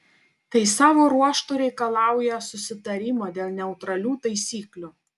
tai savo ruožtu reikalauja susitarimo dėl neutralių taisyklių